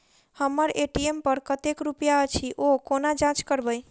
हम्मर ए.टी.एम पर कतेक रुपया अछि, ओ कोना जाँच करबै?